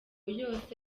yose